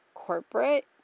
corporate